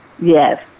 Yes